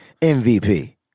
mvp